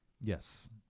yes